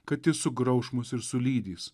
kad jis sugrauš mus ir sulydys